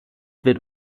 wird